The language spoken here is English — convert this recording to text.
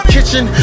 Kitchen